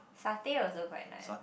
satay also quite nice